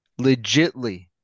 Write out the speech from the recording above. Legitly